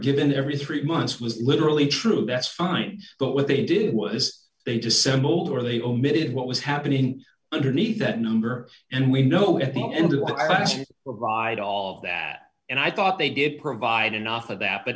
given every three months was literally true that's fine but what they did was they dissembled or they omitted what was happening underneath that number and we know about andrew i should provide all of that and i thought they did provide enough of that but